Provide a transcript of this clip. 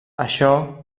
això